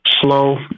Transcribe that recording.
slow